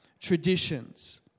traditions